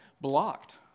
blocked